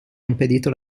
impedito